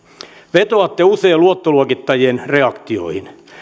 vetoatte usein luottoluokittajien reaktioihin